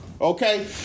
Okay